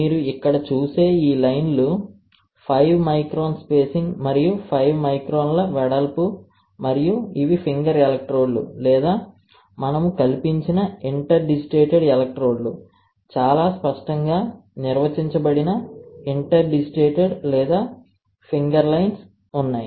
మీరు ఇక్కడ చూసే ఈ లైన్లు 5 మైక్రాన్ స్పేసింగ్ మరియు 5 మైక్రాన్ల వెడల్పు మరియు ఇవి ఫింగర్ ఎలక్ట్రోడ్లు లేదా మనము కల్పించిన ఇంటర్డిజిటేటెడ్ ఎలక్ట్రోడ్లు చాలా స్పష్టంగా నిర్వచించబడిన ఇంటర్డిజిటేటెడ్ లేదా ఫింగర్ లైన్స్ ఉన్నాయి